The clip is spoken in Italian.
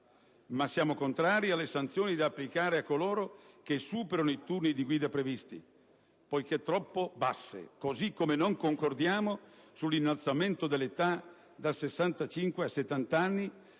ma siamo contrari alle sanzioni da applicare a coloro che superino i turni di guida previsti, poiché troppo bassi, così come non concordiamo sull'innalzamento dell'età da 65 a 70 anni,